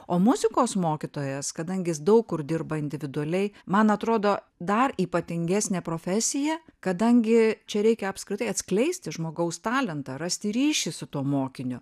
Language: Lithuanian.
o muzikos mokytojas kadangi jis daug kur dirba individualiai man atrodo dar ypatingesnė profesija kadangi čia reikia apskritai atskleisti žmogaus talentą rasti ryšį su tuo mokiniu